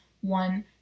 one